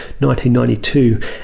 1992